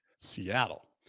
Seattle